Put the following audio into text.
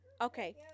Okay